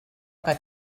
que